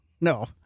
No